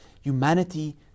humanity